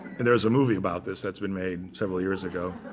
and there's a movie about this that's been made several years ago.